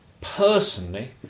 Personally